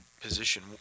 position